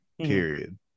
period